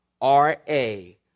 R-A